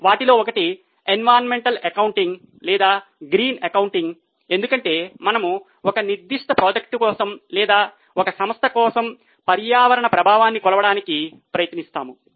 వాటిలో ఒకటి environmental accounting లేదా గ్రీన్ అకౌంటింగ్ ఎందుకంటే మనము ఒక నిర్దిష్ట ప్రాజెక్ట్ కోసం లేదా ఒక సంస్థ కోసం పర్యావరణ ప్రభావాన్ని కొలవడానికి ప్రయత్నిస్తాము